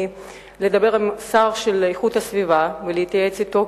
לדבר עם השר להגנת הסביבה ולהתייעץ אתו,